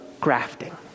grafting